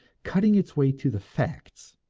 cutting its way to the facts.